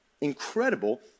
Incredible